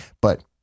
but-